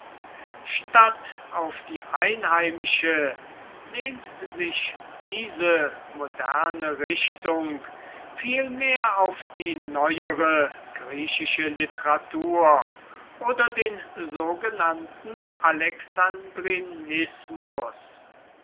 statt auf die einheimische lehnt sich diese moderne richtung vielmehr auf die neuere griechische literatur oder den sogenannten